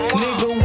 nigga